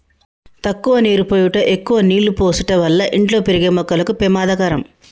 తక్కువ నీరు పోయుట ఎక్కువ నీళ్ళు పోసుట వల్ల ఇంట్లో పెరిగే మొక్కకు పెమాదకరం